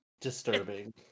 disturbing